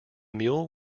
mule